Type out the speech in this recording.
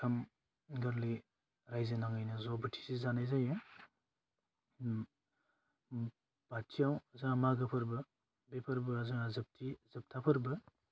ओंखाम गोरलै रायजो नाङैनो ज' बोथिसे जानाय जायो बाथियाव जोंहा मागो फोरबो बे फोरबोआ जोंहा जोबथि जोबथा फोरबो